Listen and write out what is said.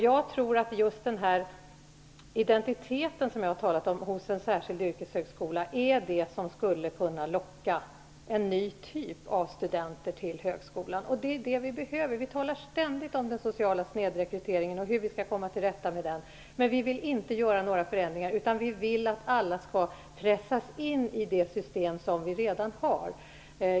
Jag tror att just den identitet som jag talat om hos en särskild yrkeshögskola är det som skulle kunna locka en ny typ av studenter till högskolan. Det är det vi behöver. Vi talar ständigt om den sociala snedrekryteringen och hur vi skall komma till rätta med den, men vi vill inte göra några förändringar utan vi vill att alla skall pressas in i det system som vi redan har.